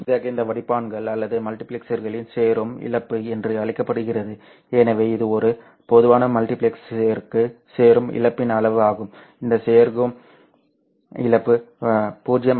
இறுதியாக இந்த வடிப்பான்கள் அல்லது மல்டிபிளெக்சர்களில் செருகும் இழப்பு என்று அழைக்கப்படுகிறது எனவே இது ஒரு பொதுவான மல்டிபிளெக்சருக்கு செருகும் இழப்பின் அளவு ஆகும் இந்த செருகும் இழப்பு 0